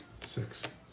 Six